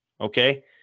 Okay